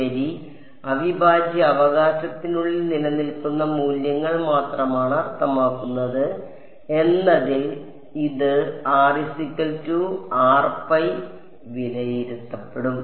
ശരി അവിഭാജ്യ അവകാശത്തിനുള്ളിൽ നിലനിൽക്കുന്ന മൂല്യങ്ങൾ മാത്രമാണ് അർത്ഥമാക്കുന്നത് എന്നതിൽ ഇത് വിലയിരുത്തപ്പെടും